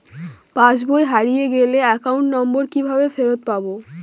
পাসবই হারিয়ে গেলে account number কিভাবে ফেরত পাব?